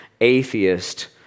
atheist